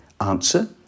Answer